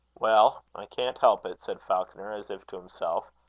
well, i can't help it, said falconer, as if to himself.